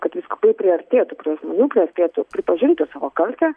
kad vyskupai priartėtų prie žmonių priartėtų pripažintų savo kaltę